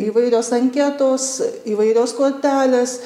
įvairios anketos įvairios kortelės